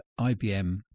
IBM